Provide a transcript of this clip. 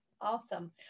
awesome